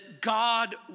God